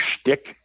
shtick